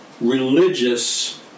religious